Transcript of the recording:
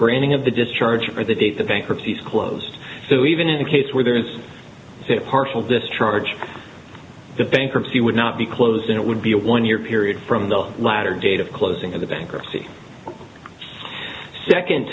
granting of the discharge or the date the bankruptcy is closed so even in a case where there is a partial discharge the bankruptcy would not be closed and it would be a one year period from the latter date of closing of the bankruptcy second